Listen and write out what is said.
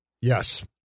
Yes